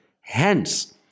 Hence